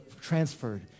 transferred